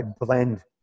blend